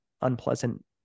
unpleasant